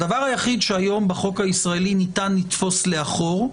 שני הדברים שהיום בחוק הישראלי ניתן לתפוס לאחור הם: